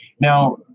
Now